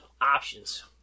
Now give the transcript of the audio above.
options